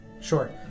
sure